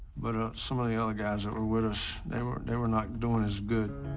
but ah some of the other guys that were with us, they were, they were not doing as good.